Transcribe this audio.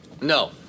No